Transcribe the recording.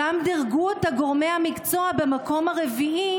וגורמי המקצוע גם דירגו אותה במקום הרביעי